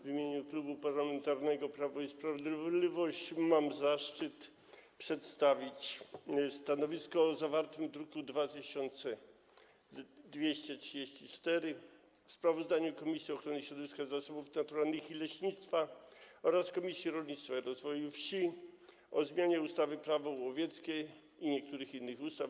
W imieniu Klubu Parlamentarnego Prawo i Sprawiedliwość mam zaszczyt przedstawić stanowisko dotyczące zawartego w druku nr 2234 sprawozdania Komisji Ochrony Środowiska, Zasobów Naturalnych i Leśnictwa oraz Komisji Rolnictwa i Rozwoju Wsi o zmianie ustawy Prawo łowieckie i niektórych innych ustaw.